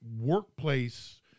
workplace